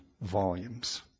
volumes